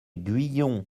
guyon